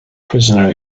prisoner